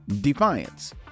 defiance